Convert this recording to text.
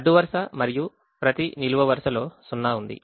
అడ్డు వరుస మరియు ప్రతి నిలువు వరుస లో సున్నా ఉంది